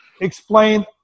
explain